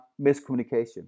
miscommunication